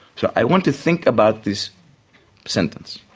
so i want to think about this sentence.